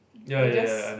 they just